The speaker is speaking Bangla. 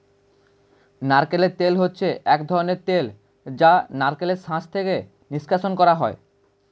নারকেল তেল হচ্ছে এক ধরনের তেল যা নারকেলের শাঁস থেকে নিষ্কাশণ করা হয়